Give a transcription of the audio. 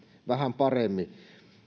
vähän paremmin